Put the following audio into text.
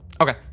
Okay